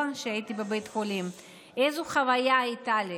שהייתי בבית החולים ואיזו חוויה הייתה לי.